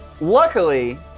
Luckily